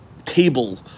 table